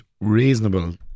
reasonable